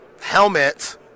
helmet